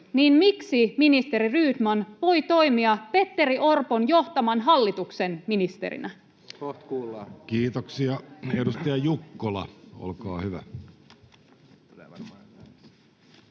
niin miksi ministeri Rydman voi toimia Petteri Orpon johtaman hallituksen ministerinä? [Vasemmalta: Kohta kuullaan!